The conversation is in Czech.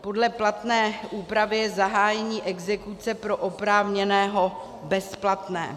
Podle platné úpravy je zahájení exekuce pro oprávněného bezplatné.